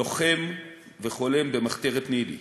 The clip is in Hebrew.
לוחם וחולם במחתרת ניל"י.